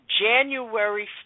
January